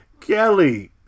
Kelly